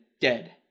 dead